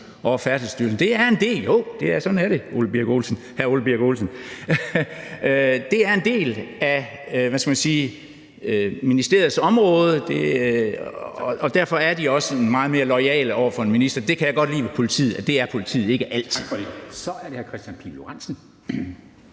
for meget »Javel, hr. minister« over dem. Jo, sådan er det, hr. Ole Birk Olesen! De er en del af, hvad skal man sige, ministeriets område, og derfor er de også meget mere loyale over for en minister. Det kan jeg godt lide ved politiet, altså at det er politiet ikke altid. Kl. 10:19 Formanden (Henrik